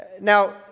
Now